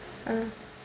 ah